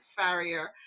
Farrier